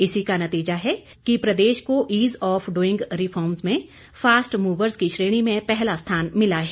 इसी का नतीजा है कि प्रदेश को ईज़ ऑफ डुईंग रिफॉर्मस में फास्ट मूवर्स की श्रेणी में पहला स्थान मिला है